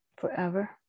forever